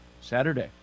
Saturday